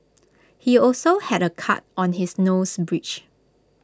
he also had A cut on his nose bridge